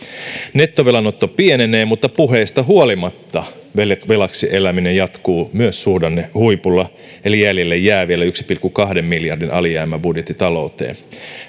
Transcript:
nettovelanotto pienenee mutta puheista huolimatta velaksi velaksi eläminen jatkuu myös suhdannehuipulla eli jäljelle jää vielä yhden pilkku kahden miljardin alijäämäbudjetti talouteen